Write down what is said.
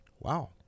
Wow